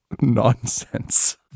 Nonsense